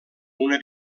una